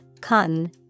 cotton